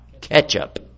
Ketchup